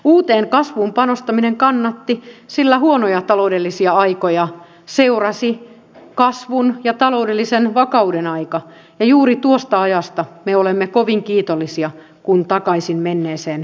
uuteen kasvuun panostaminen kannatti sillä huonoja taloudellisia aikoja seurasi kasvun ja taloudellisen vakauden aika ja juuri tuosta ajasta me olemme kovin kiitollisia kun takaisin menneeseen nyt katsomme